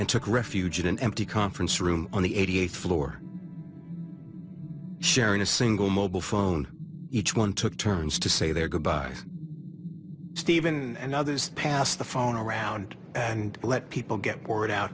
and took refuge in an empty conference room on the eighty eighth floor sharing a single mobile phone each one took turns to say their goodbyes stephen and others passed the phone around and let people get word out